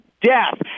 death